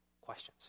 questions